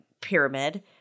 pyramid